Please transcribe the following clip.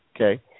okay